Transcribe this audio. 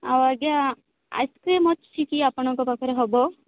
ଆଉ ଆଜ୍ଞା ଆଇସକ୍ରିମ ଅଛି କି ଆପଣଙ୍କ ପାଖରେ ହେବ